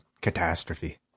catastrophe